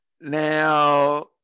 Now